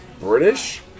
British